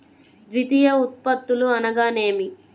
ద్వితీయ ఉత్పత్తులు అనగా నేమి?